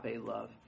love